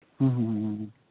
ᱦᱩᱸ ᱦᱩᱸ ᱦᱩᱸ ᱦᱩᱸ